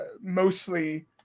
mostly